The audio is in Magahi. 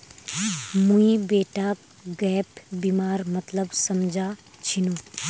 मुई बेटाक गैप बीमार मतलब समझा छिनु